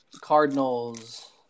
Cardinals